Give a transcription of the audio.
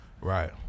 Right